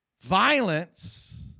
violence